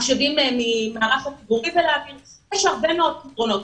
לקחת מחשבים מהמערך הציבורי ולהעביר אותם